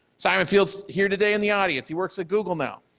simon field is here today in the audience. he works at google now.